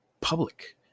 Public